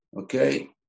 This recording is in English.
Okay